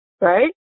right